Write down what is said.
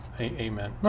amen